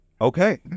okay